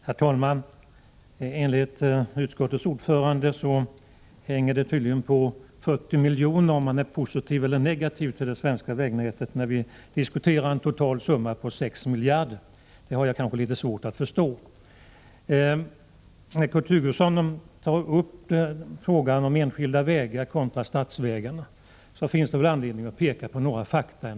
Herr talman! Enligt utskottets ordförande hänger det tydligen på 40 miljoner vad avser om man är positiv eller negativ till det svenska vägnätet när vi diskuterar en total summa på 6 miljarder. Det har jag kanske litet svårt att förstå. Kurt Hugosson tar upp frågan om enskilda vägar kontra statliga vägar. Då finns det anledning att peka på några fakta.